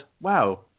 wow